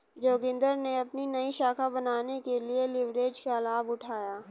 जोगिंदर ने अपनी नई शाखा बनाने के लिए लिवरेज का लाभ उठाया